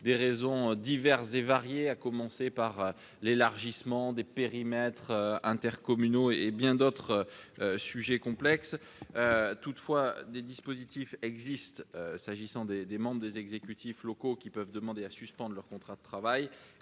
des raisons diverses et variées, à commencer par l'élargissement des périmètres intercommunaux. Toutefois, des dispositifs existent déjà : les membres des exécutifs locaux peuvent demander à suspendre leur contrat de travail,